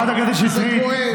זה כואב.